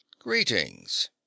greetings